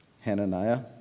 Hananiah